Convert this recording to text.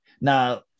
Now